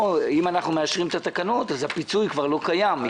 או שאם אנחנו מאשרים את התקנות אז הפיצוי כבר לא קיים,